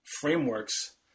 frameworks